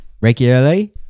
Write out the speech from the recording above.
regularly